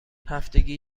هفتگی